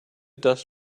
dust